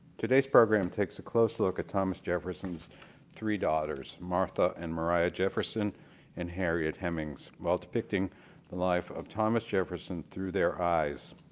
today's program takes a close look at thomas jefferson's three daughters, martha and mariah jefferson and harriet hemings while depicting the life of thomas jefferson through their eyes.